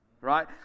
right